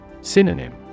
Synonym